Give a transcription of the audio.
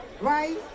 right